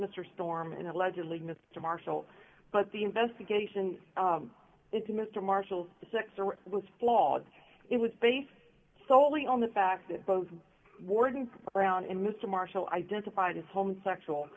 mr storm and allegedly mr marshall but the investigation into mr marshall's was flawed it was based solely on the fact that both warden around him mr marshall identified his home sexual